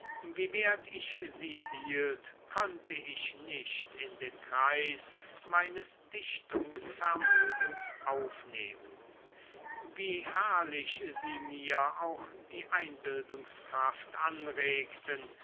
wie wert ich sie hielt konnte ich nicht in den kreis meines dichtungsvermögens aufnehmen wie herrlich sie mir auch die einbildungskraft anregten